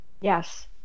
yes